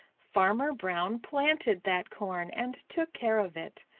farmer brown planted that corn and took care of it.